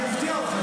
אני אפתיע אותך,